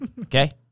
okay